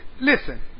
listen